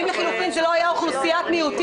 אם לחילופין זה לא היה אוכלוסיית מיעוטים.